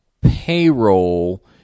payroll